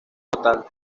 total